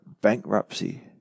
bankruptcy